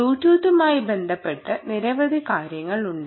ബ്ലൂടൂത്തുമായി ബന്ധപ്പെട്ട് നിരവധി കാര്യങ്ങൾ ഉണ്ട്